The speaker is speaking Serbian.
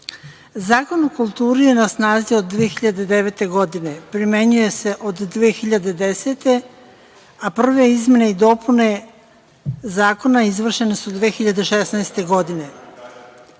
Zakon o kulturi je na snazi od 2009. godine, primenjuje se od 2010. godine, a prve izmene i dopune zakona izvršene su 2016. godine.